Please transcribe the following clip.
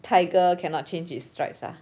tiger cannot change its stripes ah